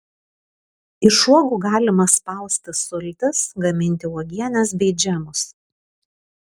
iš uogų galima spausti sultis gaminti uogienes bei džemus